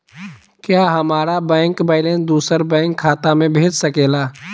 क्या हमारा bank balance दूसरे बैंक खाता में भेज सके ला?